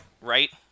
Right